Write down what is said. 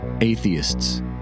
atheists